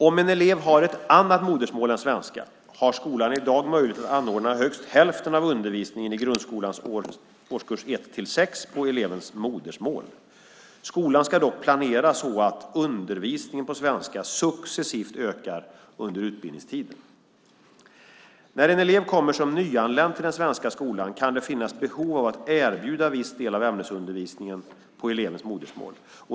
Om en elev har ett annat modersmål än svenska har skolan i dag möjlighet att anordna högst hälften av undervisningen i grundskolans årskurs 1-6 på elevens modersmål. Skolan ska dock planera så att undervisningen på svenska successivt ökar under utbildningstiden. När en elev kommer som nyanländ till den svenska skolan kan det finnas behov av att erbjuda viss del av ämnesundervisningen på elevens modersmål.